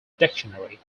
dictionary